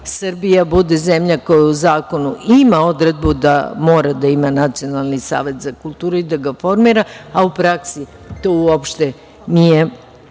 Srbija bude zemlja koja u zakonu ima odredbu da mora da ima Nacionalni savet za kulturu i da ga formira, a u praksi to uopšte nije